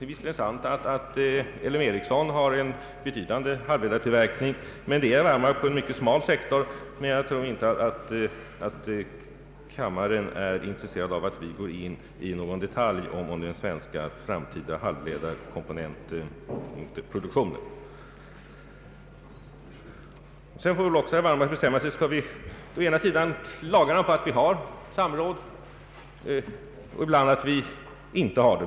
Visserligen har L M Ericsson en betydande halvledartillverkning men det är, herr Wallmark, på en mycket smal sektor, och jag tror inte att kammaren är intresserad av att vi går in i någon diskussion om den svenska framtida = halvledarkomponentproduktionen. Sedan får herr Wallmark också bestämma sig: Skall vi ibland se till att vi har samråd och ibland inte ha det?